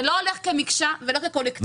זה לא הולך כמקשה ולא כקולקטיב.